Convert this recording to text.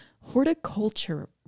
horticulture